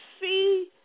see